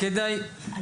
אני